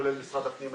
כולל משרד הפנים,